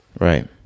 Right